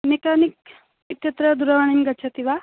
mechanic इत्यत्र दूरवाणी गच्छति वा